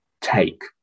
take